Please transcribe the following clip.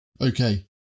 Okay